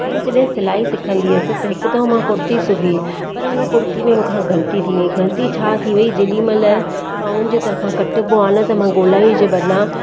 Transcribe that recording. मां जॾहिं सिलाई सिखंदी हुयसि त हिकु दफ़ो मां कुर्ती सुबी पर हुन कुर्ती में मूंखा ग़लती थी वेई ग़लती छा थी वेई जेॾी महिल ॿांहुनि जी तरिफ़ां कटिबो आहे न त मां गोलाई जे बदिरां